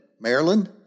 Maryland